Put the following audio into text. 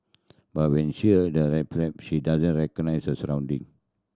but when she had a she doesn't recognise her surrounding